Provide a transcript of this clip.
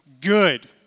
good